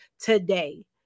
today